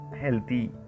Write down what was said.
healthy